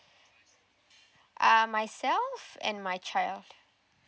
uh myself and my child